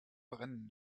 brennen